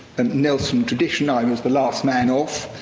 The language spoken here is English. and nelson tradition, i was the last man off.